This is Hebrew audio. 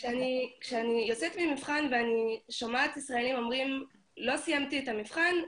כשאני יוצאת ממבחן ואני שומעת ישראלים שאומרים: לא סיימתי את המבחן,